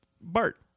Bart